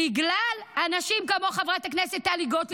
בגלל אנשים כמו חברת הכנסת טלי גוטליב,